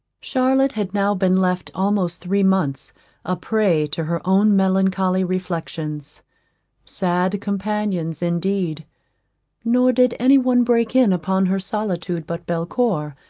charlotte had now been left almost three months a prey to her own melancholy reflexions sad companions indeed nor did any one break in upon her solitude but belcour,